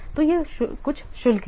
तो ये कुछ शुल्क हैं